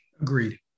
Agreed